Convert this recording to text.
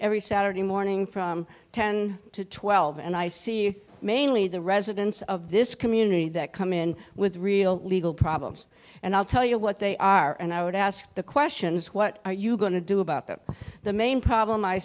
every saturday morning from ten to twelve and i see mainly the residents of this community that come in with real legal problems and i'll tell you what they are and i would ask the questions what are you going to do about that the main problem i